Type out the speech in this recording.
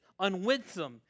unwinsome